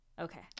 Okay